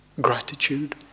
gratitude